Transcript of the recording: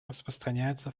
распространяется